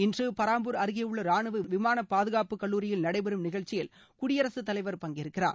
இன்று பராம்பூர் அருகேயுள்ள ரானுவ விமான பாதுகாப்புக் கல்லூரியில் நடைபெறும் நிகழ்ச்சியில் குடியரசுத் தலைவர் பங்கேற்கிறார்